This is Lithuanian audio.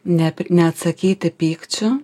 net neatsakyti pykčiu